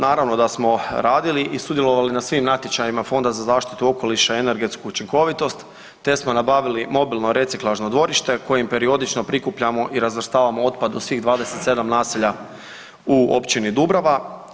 Naravno da smo radili i sudjelovali na svim natječajima Fonda za zaštitu okoliša i energetsku učinkovitost te smo nabavili mobilno reciklažno dvorište kojim periodično prikupljamo i razvrstavamo otpad u svih 27 naselja u općini Dubrava.